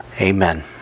Amen